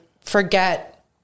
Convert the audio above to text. forget